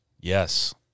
yes